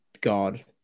God